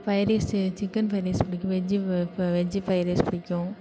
fried rice chicken fried rice பிடிக்கும் veg veg fried rice பிடிக்கும்